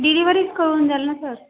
डिलिव्हरीच करून द्याल ना सर